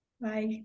Bye